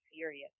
serious